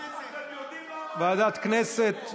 כנסת.